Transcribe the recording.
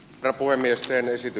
kapuamiseen ei syty